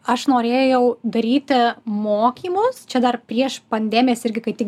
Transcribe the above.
aš norėjau daryti mokymus čia dar prieš pandemijas irgi kaip tik